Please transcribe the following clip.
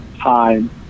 time